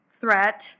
threat